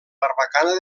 barbacana